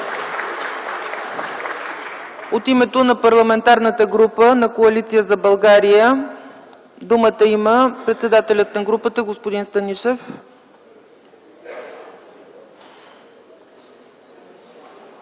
От името на Парламентарната група на Коалиция за България думата има председателят на групата господин Станишев.